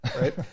Right